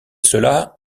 cela